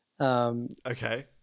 Okay